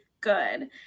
good